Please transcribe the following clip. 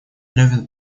левин